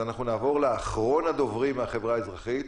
אנחנו נעבור לאחרון הדוברים מהחברה האזרחית,